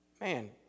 Man